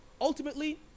Ultimately